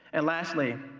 and lastly,